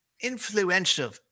influential